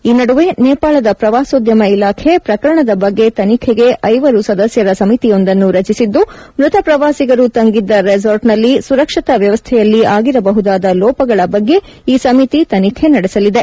ಈ ನಡುವೆ ನೇಪಾಳದ ಪ್ರವಾಸೋದ್ಯಮ ಇಲಾಖೆ ಪ್ರಕರಣದ ಬಗ್ಗೆ ತನಿಖೆಗೆ ಐವರು ಸದಸ್ಯರ ಸಮಿತಿಯೊಂದನ್ನು ರಚಿಸಿದ್ದು ಮೃತ ಪ್ರವಾಸಿಗರು ತಂಗಿದ್ದ ರೆಸಾರ್ಚ್ನಲ್ಲಿ ಸುರಕ್ಷತಾ ವ್ಯವಸ್ಥೆಯಲ್ಲಿ ಆಗಿರಬಹುದಾದ ಲೋಪಗಳ ಬಗ್ಗೆ ಈ ಸಮಿತಿ ತನಿಖೆ ನಡೆಸಲಿದೆ